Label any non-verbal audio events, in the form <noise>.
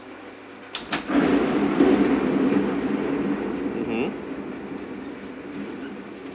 <noise> mmhmm